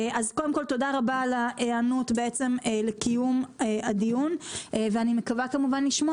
תודה רבה על ההיענות בעצם קיום הדיון ואני מקווה כמובן לשמוע